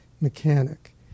mechanic